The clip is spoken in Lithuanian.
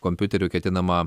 kompiuterių ketinama